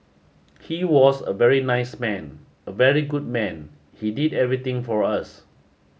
he was a very nice man a very good man he did everything for us